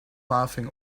laughing